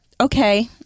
okay